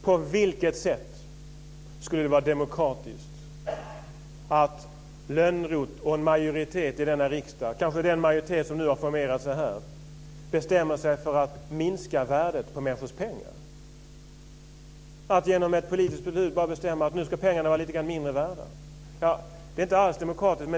På vilket sätt skulle det vara demokratiskt att Lönnroth och en majoritet i denna riksdag - kanske den majoritet som nu har formerat sig här - bestämmer sig för att minska värdet på människors pengar - att genom ett politiskt beslut bara bestämma att nu ska pengarna vara lite grann mindre värda? Det är inte alls demokratiskt.